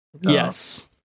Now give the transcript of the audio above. Yes